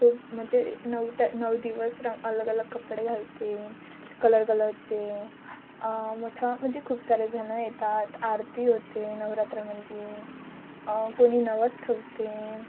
खूप म्हणजे नऊ त नऊ दिवस रंग अलग अलग कपडे घालते कलर कलरचे मोठं म्हणजे खूप सारेजणं येतात आरती होते नवरात्रामध्ये कोणी नवस ठेवते